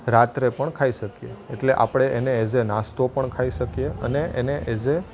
રાત્રે પણ ખાઈ શકીએ એટલે આપણે એને એઝ અ નાસ્તો પણ ખાઈ શકીએ અને એઝ અ